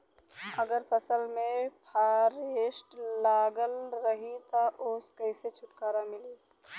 अगर फसल में फारेस्ट लगल रही त ओस कइसे छूटकारा मिली?